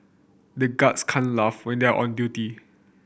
the guards can't laugh when they are on duty